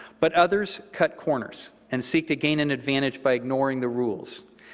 but others cut corners and seek to gain an advantage by ignoring the rules.